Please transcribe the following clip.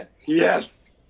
Yes